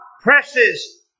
presses